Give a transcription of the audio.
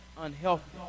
Unhealthy